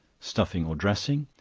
stuffing or dressing.